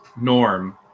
norm